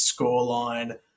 scoreline